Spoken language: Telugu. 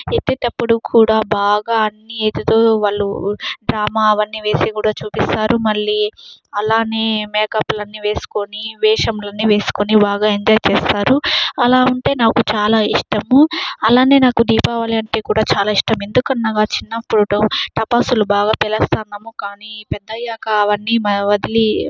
ఎత్తేటప్పుడు కూడా బాగా అన్నీ ఎత్తుతూ వాళ్లు డ్రామా అవన్నీ వేసి కూడా చూపిస్తారు మళ్ళీ అలానే మేకపులన్నీ వేసుకొని వేషములు అన్ని వేసుకొని బాగా ఎంజాయ్ చేస్తారు అలా ఉంటే నాకు చాలా ఇష్టము అలాగే నాకు దీపావళి అంటే కూడా చాలా ఇష్టం ఎందుకంటే నా చిన్నప్పుడు టపాసులు బాగా పేలుస్తున్నాము కానీ పెద్దయ్యాక అవన్నీ మేం వదిలి